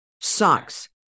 socks